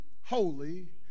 holy